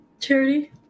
Charity